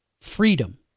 freedom